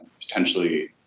potentially